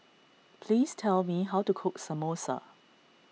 please tell me how to cook Samosa